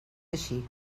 així